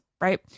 right